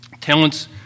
Talents